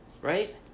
right